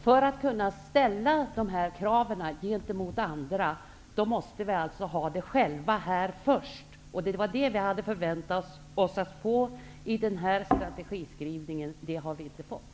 För att vi skall kunna ställa krav gentemot andra måste vi alltså ha dem själva först. Det hade vi förväntat oss att få i den här strategiskrivelsen. Det har vi inte fått.